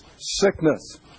sickness